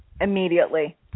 immediately